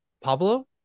pablo